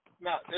Now